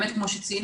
באמת כמו שציינו,